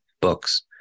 books